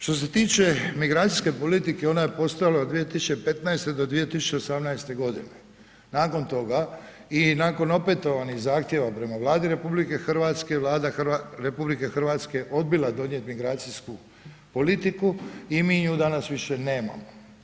Što se tiče migracijske politike ona je postojala od 2015. do 2018. godine, nakon toga i nakon opetovanih zahtjeva prema Vladi RH, Vlada RH odbila je donijeti migracijsku politiku i mi nju danas više nemamo.